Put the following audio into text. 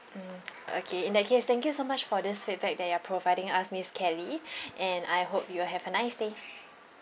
mm okay in that case thank you so much for this feedback that you are providing us miss kelly and I hope you'll have a nice day